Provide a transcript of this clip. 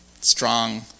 strong